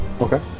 Okay